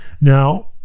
Now